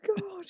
God